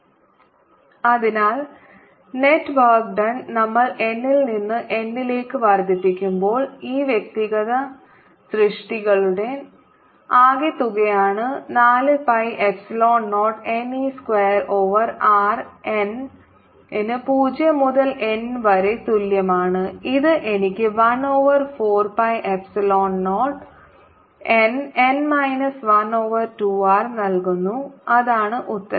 e14π0ne2R അതിനാൽ net work done നമ്മൾ n ൽ നിന്ന് N ലേക്ക് വർദ്ധിപ്പിക്കുമ്പോൾ ഈ വ്യക്തിഗത സൃഷ്ടികളുടെ ആകെത്തുകയാണ് 4 pi epsilon 0 n e square over r n ന് 0 മുതൽ N വരെ തുല്യമാണ് ഇത് എനിക്ക് 1 over 4 pi epsilon 0 n n minus 1ഓവർ 2 r നൽകുന്നു അതാണ് ഉത്തരം